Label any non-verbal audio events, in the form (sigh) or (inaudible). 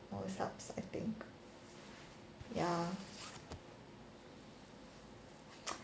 always helps I think ya (noise)